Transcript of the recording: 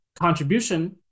contribution